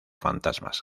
fantasmas